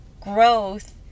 growth